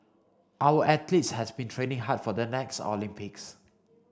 our athletes have been training hard for the next Olympics